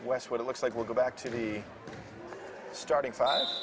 wes what it looks like we'll go back to the starting f